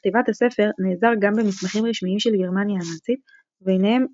לכתיבת הספר נעזר גם במסמכים רשמיים של גרמניה הנאצית וביניהם,